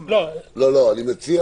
לא, אני מציע